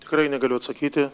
tikrai negaliu atsakyti